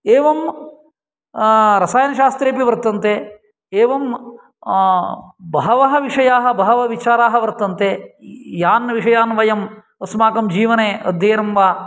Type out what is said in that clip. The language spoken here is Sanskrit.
एवं रसायनशास्त्रेपि वर्तन्ते एवं बहवः विषयाः बहवः विचाराः वर्तन्ते यान् विषयान् वयम् अस्माकं जीवने अध्ययनं वा